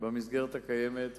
במסגרת הקיימת.